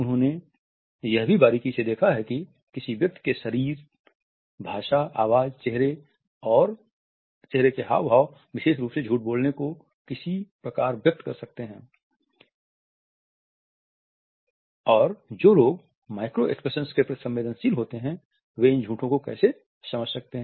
उन्होंने यह भी बारीकी से देखा है कि किसी व्यक्ति की शारीरिक भाषा आवाज़ चेहरे के हाव भाव विशेष रूप से झूठ बोलने को किस प्रकार व्यक्त कर सकते हैं और जो लोग माइक्रो एक्सप्रेशन के प्रति संवेदनशील होते हैं वे इन झूठों को कैसे समझ सकते हैं